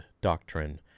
doctrine